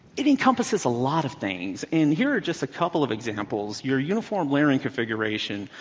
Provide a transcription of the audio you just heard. it encompasses a lot of things. and here are just a couple of examples. your uniform layering configuration,